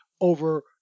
over